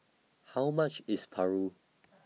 How much IS Paru